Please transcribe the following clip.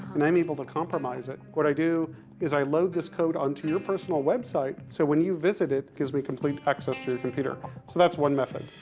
and i'm able to compromise it. what i do is, i load this code onto your personal website, so when you visit it, it gives me complete access to your computer. so that's one method.